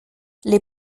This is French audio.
les